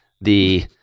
the-